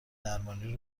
درمانی